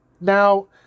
Now